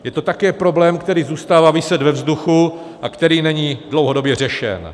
Je to také problém, který zůstává viset ve vzduchu a který není dlouhodobě řešen.